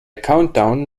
countdown